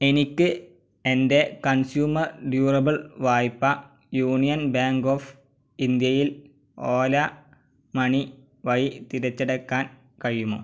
എനിക്ക് എൻ്റെ consumer durable വായ്പ യൂണിയൻ ബാങ്ക് ഓഫ് ഇൻഡ്യയിൽ ഓല മണി വഴി തിരിച്ചടക്കാൻ കഴിയുമോ